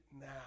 now